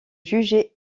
jugé